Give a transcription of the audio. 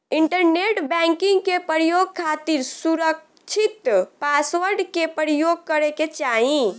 internet banking के प्रयोग खातिर सुरकछित पासवर्ड के परयोग करे के चाही